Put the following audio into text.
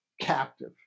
captive